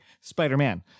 spider-man